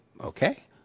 Okay